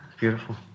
Beautiful